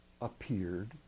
appeared